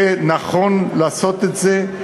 זה נכון לעשות את זה.